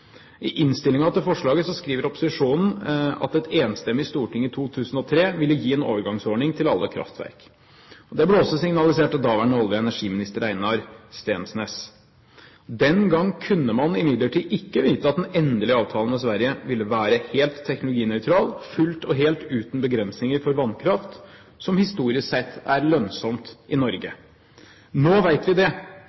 I innstillingen til forslaget skriver opposisjonen at en enstemmig energi- og miljøkomité i 2004 ville gi en overgangsordning til alle kraftverk. Det ble også signalisert av daværende olje- og energiminister Einar Steensnæs. Den gang kunne man imidlertid ikke vite at den endelige avtalen med Sverige ville være helt teknologinøytral, fullt og helt uten begrensninger for vannkraft, som historisk sett er lønnsomt i Norge.